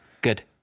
good